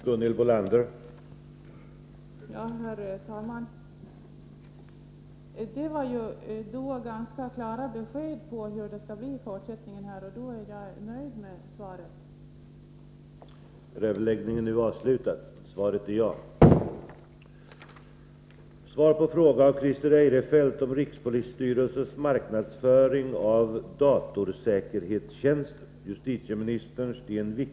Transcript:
Herr talman! Det var ganska klara besked om hur det skall bli i fortsättningen, och då är jag nöjd med svaret.